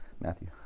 Matthew